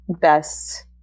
best